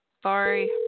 Sorry